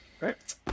Right